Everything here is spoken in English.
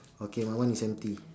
okay my one is empty